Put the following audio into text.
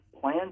plan